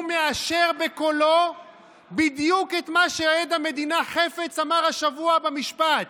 הוא מאשר בקולו בדיוק את מה שעד המדינה חפץ אמר השבוע במשפט,